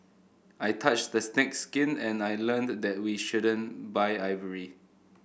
I touched the snake's skin and I learned that we shouldn't buy ivory